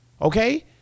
Okay